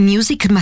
Music